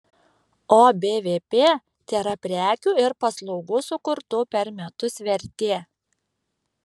o bvp tėra prekių ir paslaugų sukurtų per metus vertė